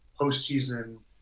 postseason